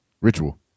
Ritual